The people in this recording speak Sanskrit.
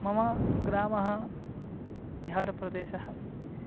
मम ग्रामः बिहारप्रदेशः